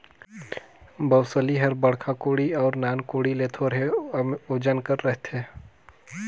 बउसली हर बड़खा कोड़ी अउ नान कोड़ी ले थोरहे ओजन कर रहथे